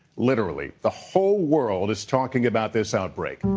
literally. the whole world is talking about this outbreak.